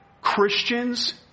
Christians